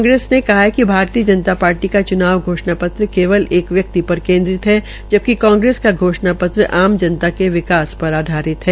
कांग्रेस ने कहा कि भारतीय जनता पार्टी का चुनाव घोषणा पत्रकेवल एक व्यकित पर केन्द्रित है जबकि कांग्रेस का घोषणा पत्र आम जनता के विकास पर आधारित है